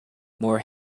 more